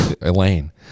Elaine